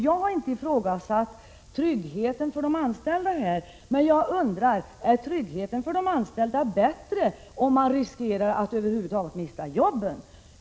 Jag har inte ifrågasatt trygghetens betydelse för de anställda, men jag undrar: Är tryggheten för de anställda bättre, om de riskerar att mista sitt arbete?